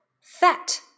Fat